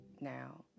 now